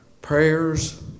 Prayers